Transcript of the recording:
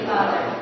Father